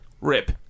Rip